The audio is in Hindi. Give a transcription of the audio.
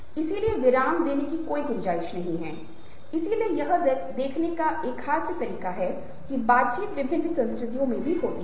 ताकि शिक्षक को एहसास हो जाए कि वास्तव में अपने जो किया उससे व्यक्ति को बुरा लग रहा है